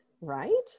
Right